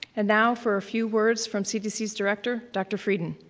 and now, for a few words from cdc's director, dr. frieden.